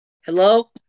Hello